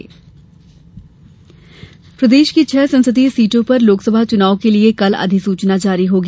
अधिसूचना प्रदेश की छह संसदीय सीटों पर लोकसभा चुनाव के लिए कल अधिसूचना जारी होगी